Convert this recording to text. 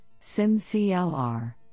SIMCLR